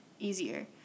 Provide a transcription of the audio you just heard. Easier